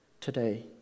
today